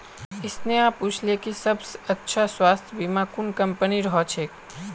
स्नेहा पूछले कि सबस अच्छा स्वास्थ्य बीमा कुन कंपनीर ह छेक